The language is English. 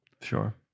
sure